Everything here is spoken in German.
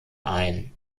ein